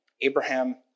Abraham